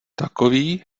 takový